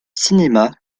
cinéma